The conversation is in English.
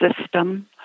system